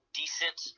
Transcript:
decent